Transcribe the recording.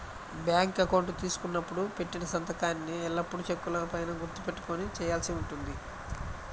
bank account తీసుకున్నప్పుడు పెట్టిన సంతకాన్నే ఎల్లప్పుడూ చెక్కుల పైన గుర్తు పెట్టుకొని చేయాల్సి ఉంటుంది